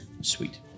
Sweet